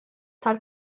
tal